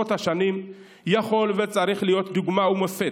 השנים יכול וצריך להיות דוגמה ומופת